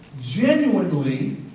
genuinely